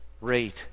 rate